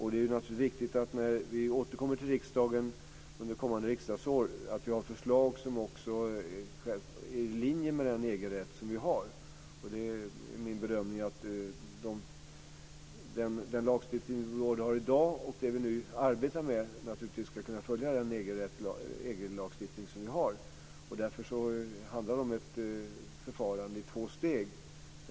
Det är naturligtvis viktigt att vi har förslag som också ligger i linje med EG-rätten när vi återkommer till riksdagen under kommande riksdagsår. Det är min bedömning att den lagstiftning vi har i dag och den vi arbetar med ska kunna följa EG lagstiftningen. Därför handlar det om ett förfarande i två steg.